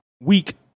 week